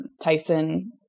Tyson